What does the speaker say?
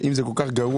אם זה כל כך גרוע,